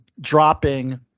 dropping